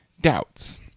doubts